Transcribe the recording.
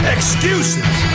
Excuses